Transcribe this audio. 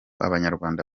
abanyarwanda